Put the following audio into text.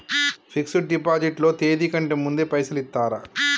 Fix డ్ deposit లో తేది కంటే ముందే పైసలు ఇత్తరా?